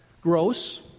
gross